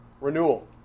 renewal